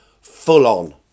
Full-on